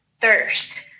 Thirst